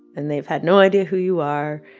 and they've had no idea who you are.